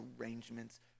arrangements